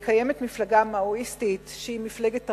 קיימת מפלגה מאואיסטית, שהיא מפלגת הרוב,